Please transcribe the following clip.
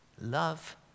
love